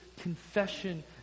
confession